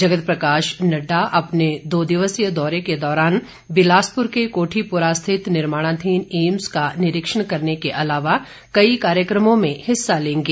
जगत प्रकाश नड्डा अपने दो दिवसीय दौरे के दौरान बिलासपुर के कोठीपुरा स्थित निर्माणाधीन एम्स का निरीक्षण करने के अलावा कई कार्यक्रमों में हिस्सा लेंगे